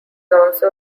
also